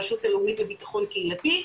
הרשות הלאומית לביטחון קהילתי,